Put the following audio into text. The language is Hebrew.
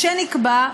כשנקבע,